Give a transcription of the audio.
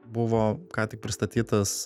buvo ką tik pristatytas